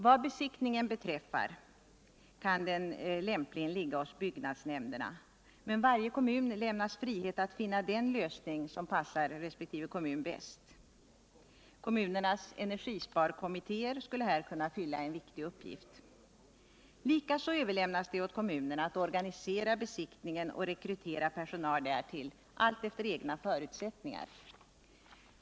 Vad besiktningen beträffar kan denna lämpligen ligga hos byggnadsnämnderna, men varje kommun lämnas frihet att finna den lösning som passar respektive kommun bäst. Kommunernas energisparkommittéer skulle här kunna fylla en viktig funktion. Likaså överlämnas det åt kommunerna att allt efter egna förutsättningar organisera besiktningen och rekrytera personal därtill.